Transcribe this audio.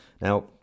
now